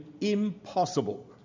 impossible